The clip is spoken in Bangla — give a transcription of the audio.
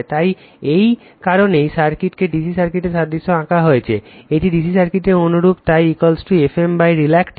তাই এই কারণেই সার্কিটটিকে DC সার্কিটের সাদৃশ্য আঁকা হয়েছে এটি DC সার্কিটের অনুরূপ তাই Fm রিলাকটেন্স